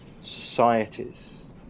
societies